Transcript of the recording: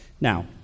Now